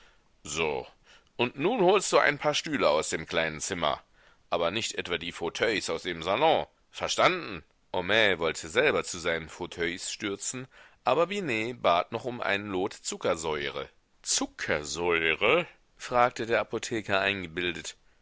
so und nun holst du ein paar stühle aus dem kleinen zimmer aber nicht etwa die fauteuils aus dem salon verstanden homais wollte selber zu seinen fauteuils stürzen aber binet bat noch um ein lot zuckersäure zuckersäure fragte der apotheker eingebildet